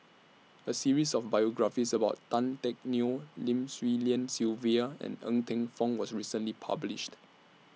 A series of biographies about Tan Teck Neo Lim Swee Lian Sylvia and Ng Teng Fong was recently published